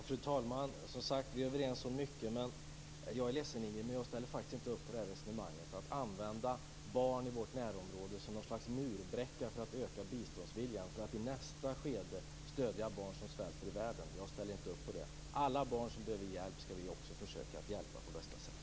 Fru talman! Ingrid och jag är som sagt överens om mycket. Däremot ställer jag faktiskt inte upp på resonemanget att använda barn i vårt närområde som något slags murbräcka för att öka biståndsviljan, för att i nästa skede stödja barn som svälter i resten av världen. Jag är ledsen, men jag ställer inte upp på det. Alla barn som behöver hjälp skall vi också försöka hjälpa på bästa sätt.